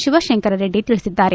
ಶಿವಶಂಕರರೆಡ್ಡಿ ತಿಳಿಸಿದ್ದಾರೆ